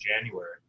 January